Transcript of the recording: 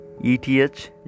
eth